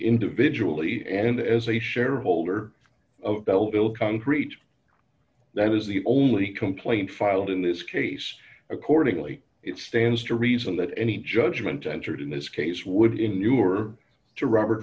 individually and as a shareholder of bellville concrete that is the only complaint filed in this case accordingly it stands to reason that any judgment entered in this case would in newer to robert